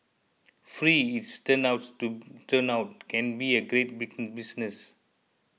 free it's turn out to turn out can be a great business